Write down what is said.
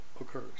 occurs